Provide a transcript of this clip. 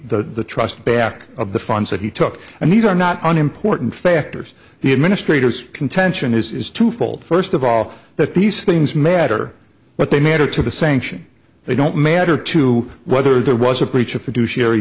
the trust back of the funds that he took and these are not an important factors the administrators contention is is twofold first of all that these things matter but they matter to the sanction they don't matter to whether there was a preacher f